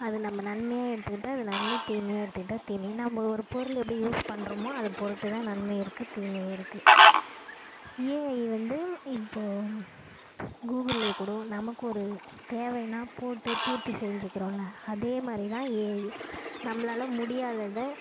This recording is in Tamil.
அது நம்ம நன்மையாக எடுத்துக்கிட்டால் அது நன்மை தீமையாக எடுத்துக்கிட்டால் தீமை நம்ம ஒரு பொருள் எப்படி யூஸ் பண்ணுறமோ அதைப்பொறுத்து தான் நன்மையும் இருக்குது தீமையும் இருக்குது ஏஐ வந்து இப்போது கூகிள்லையே கூட நமக்கு ஒரு தேவைன்னா போட்டு பூர்த்தி செஞ்சுக்குறோல்ல அதேமாதிரி தான் ஏஐ நம்மளால் முடியாததை